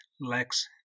lacks